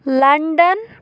London